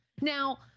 now